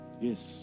Yes